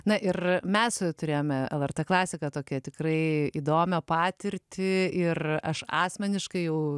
na ir mes turėjome lrt klasiką tokią tikrai įdomią patirtį ir aš asmeniškai jau